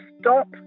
stop